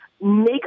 make